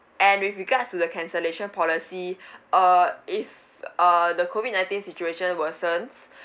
and with regards to the cancellation policy uh if uh the COVID nineteen situation worsens